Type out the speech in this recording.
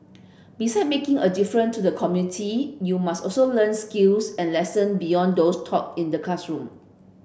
beside making a difference to the community you must also learn skills and lesson beyond those taught in the classroom